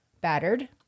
battered